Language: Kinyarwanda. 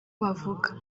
bavuga